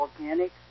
organic